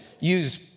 use